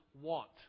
want